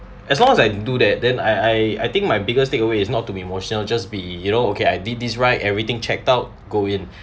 as long as I do that then I I I think my biggest take away is not to be emotional just be you know okay I did this right everything checked out go in